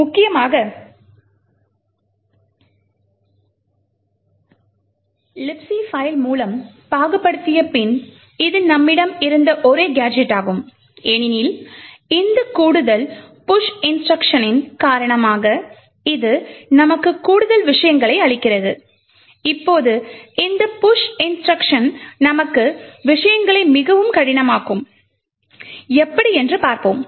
முக்கியமாக Libc file மூலம் பாகுபடுத்திய பின் இது நம்மிடம் இருந்த ஒரே கேஜெடாகும் ஏனெனில் இந்த கூடுதல் push இன்ஸ்ட்ருக்ஷனின் காரணமாக இது நமக்கு கூடுதல் விஷயங்களை அளிக்கிறது இப்போது இந்த புஷ் இன்ஸ்ட்ருக்ஷன் நமக்கு விஷயங்களை மிகவும் கடினமாக்கும் எப்படி என்று பார்ப்போம்